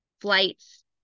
flights